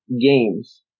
games